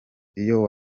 iyo